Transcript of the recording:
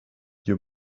you